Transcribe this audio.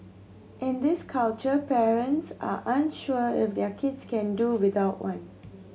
in this culture parents are unsure if their kids can do without one